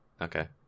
Okay